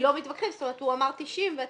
לא מתווכחים אלא הוא אמר 90 ואתם...